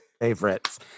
favorites